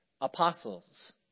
apostles